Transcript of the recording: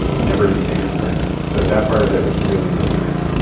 never to be taken for granted. so that part of it was really, really nice.